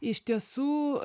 iš tiesų